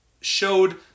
showed